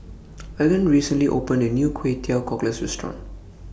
Vaughn recently opened A New Kway Teow Cockles Restaurant